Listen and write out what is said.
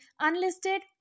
unlisted